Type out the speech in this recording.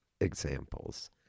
examples